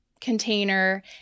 container